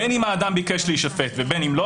בין אם האדם ביקש להישפט ובין אם לא,